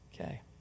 Okay